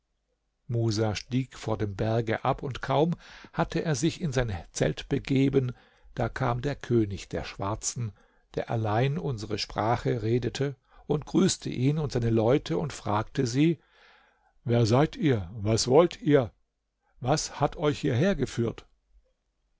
musa stieg vor dem berge ab und kaum hatte er sich in sein zelt begeben da kam der könig der schwarzen der allein unsere sprache redete und grüßte ihn und seine leute und fragte sie wer seid ihr was wollt ihr was hat euch hierher geführt